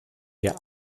wir